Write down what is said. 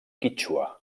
quítxua